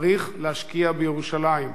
צריך להשקיע בירושלים.